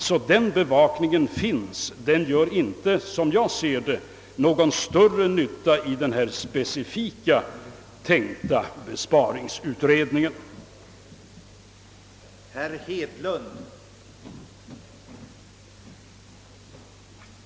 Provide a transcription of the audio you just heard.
Som jag ser det har emellertid den bevakningen inte någon avgörande betydelse då det gäller de speciella besparingsåtgärder som här aktualiserats.